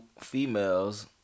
females